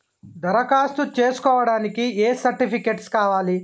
దరఖాస్తు చేస్కోవడానికి ఏ సర్టిఫికేట్స్ కావాలి?